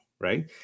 Right